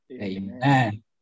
amen